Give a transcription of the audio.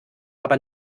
aber